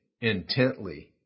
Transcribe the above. intently